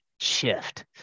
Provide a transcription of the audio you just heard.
shift